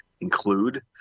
include